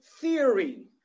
theory